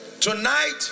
tonight